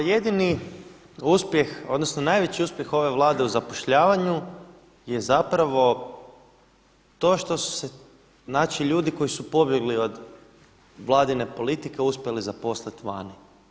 Pa jedini uspjeh odnosno najveći uspjeh ove Vlade u zapošljavanju je zapravo to što su se znači ljudi koji su pobjegli od Vladine politike uspjeli zaposliti vani.